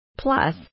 Plus